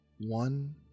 one